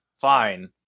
fine